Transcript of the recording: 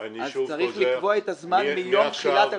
אז צריך לקבוע את הזמן מיום תחילת הקורס.